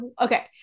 okay